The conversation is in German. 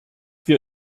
wir